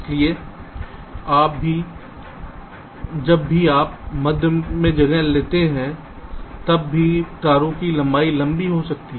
इसलिए जब भी आप मध्य में जगह लेते हैं तब भी तारों की लंबाई लंबी हो सकती है